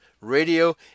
radio